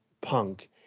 Punk